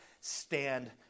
stand